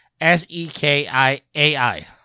S-E-K-I-A-I